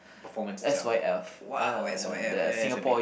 performance itself !wow! s_y_f ya it's a big